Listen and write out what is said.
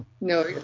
No